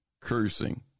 cursing